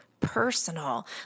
personal